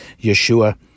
Yeshua